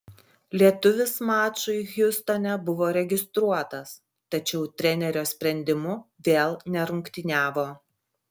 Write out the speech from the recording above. lietuvis mačui hjustone buvo registruotas tačiau trenerio sprendimu vėl nerungtyniavo